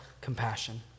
compassion